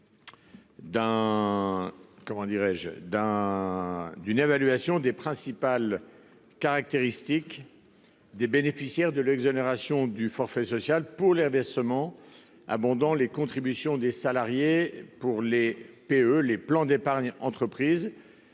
une évaluation des principales caractéristiques des bénéficiaires de l'exonération de forfait social pour les versements abondant les contributions des salariés sur les plans d'épargne entreprise